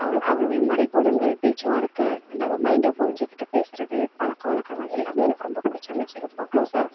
அவள் அவளுடைய மாதிரி குணங்கள் பேச்சு வார்த்தை நம்ம மைண்டை புரிஞ்சுக்கிட்டு பேசுகிறது பழக்க வழக்கங்கள் எல்லாமே எனக்கு ரொம்ப பிடிச்சிருந்துச்சு ரொம்ப க்ளோஸாக இருப்போம்